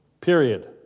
Period